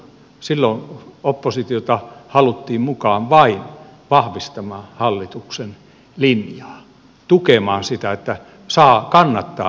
silloin oppositiota haluttiin mukaan vain vahvistamaan hallituksen linjaa tukemaan sitä että saa kannattaa mutta ei muuta